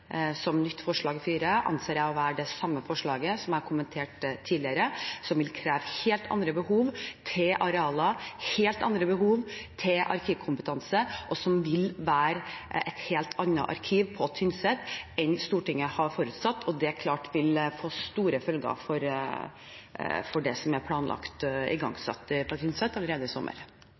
som nytt forslag nr. 4, anser jeg å være det samme forslaget som jeg kommenterte tidligere, som vil kreve helt andre behov for arealer og helt andre behov for arkivkompetanse, og som vil være et helt annet arkiv på Tynset enn det Stortinget har forutsatt, og det vil klart få store følger for det som er planlagt igangsatt på Tynset allerede i sommer.